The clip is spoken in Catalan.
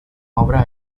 obra